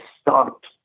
stopped